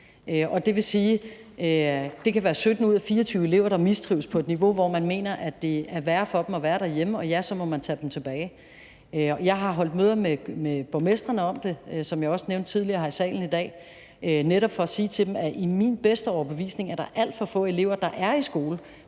det vil sige, at det kan være 17 ud af 24 elever, der mistrives på et niveau, hvor man mener at det er værre for dem at være derhjemme, og ja, så må man tage dem tilbage. Jeg har holdt møder med borgmestrene om det, som jeg også nævnte tidligere i salen i dag, netop for at sige til dem, at ud fra min bedste overbevisning er der alt for få elever, der er i skole,